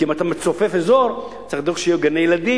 כי אם אתה מצופף אזור צריך לדאוג שיהיו גני-ילדים,